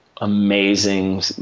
amazing